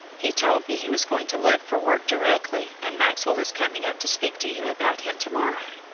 he told me he was going to look for work directly, and maxwell is coming up to speak to you about him to-morrow.